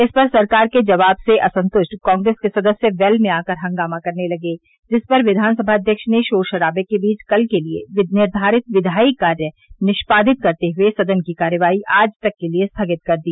इस पर सरकार के जवाब से असंतुष्ट कांग्रेस के सदस्य वेल में आकर हंगामा करने लगे जिस पर विधानसभा अध्यक्ष ने शोर शराबे के बीच कल के लिये निर्धारित विधायी कार्य निष्पादित करते हुए सदन की कार्यवाही आज तक के लिये स्थगित कर दी